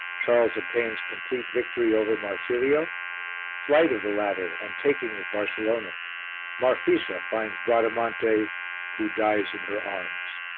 charles obtains complete victory over marsilio flight of the latter and taking of barcelona marfisa finds bradamante who dies in her arms.